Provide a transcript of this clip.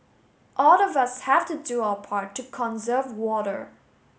all of us have to do our part to conserve water